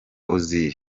ozil